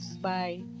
bye